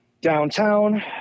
downtown